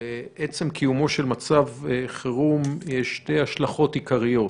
לעצם קיומו של מצב חירום יש שתי השלכות עיקריות: